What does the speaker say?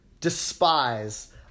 despise